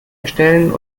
erstellen